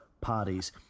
parties